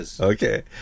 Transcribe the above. Okay